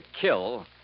kill